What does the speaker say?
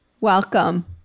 Welcome